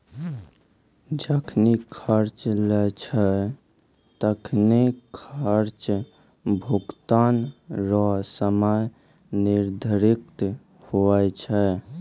जखनि कर्जा लेय छै तखनि कर्जा भुगतान रो समय निर्धारित हुवै छै